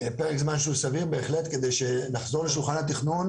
פרק זמן שהוא סביר בהחלט כדי שנחזור לשולחן התכנון